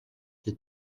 les